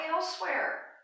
elsewhere